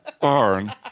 Barn